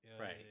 right